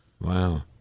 Wow